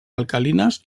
alcalines